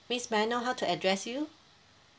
miss may I know how to address you